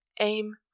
aim